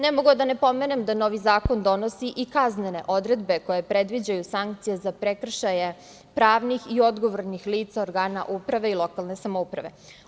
Ne mogu, a da ne pomenem da novi zakon donosi i kaznene odredbe koje predviđaju sankcije za prekršaje pravnih i odgovornih lica organa uprave i lokalne samouprave.